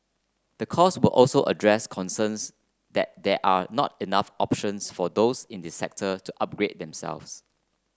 the course will also address concerns that there are not enough options for those in the sector to upgrade themselves